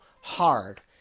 hard